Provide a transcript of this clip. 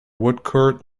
woodcourt